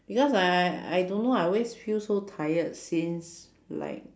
because I I I don't know I always feel so tired since like